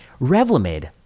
Revlimid